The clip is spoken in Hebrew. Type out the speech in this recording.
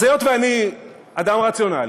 אז היות שאני אדם רציונלי,